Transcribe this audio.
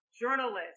journalist